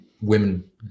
women